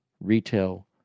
retail